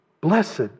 Blessed